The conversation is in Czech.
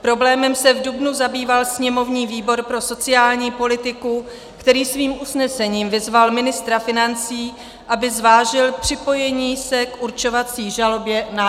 Problémem se v dubnu zabýval sněmovní výbor pro sociální politiku, který svým usnesením vyzval ministra financí, aby zvážil připojení se k určovací žalobě nájemníků.